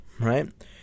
right